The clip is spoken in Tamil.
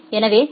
எனவே டி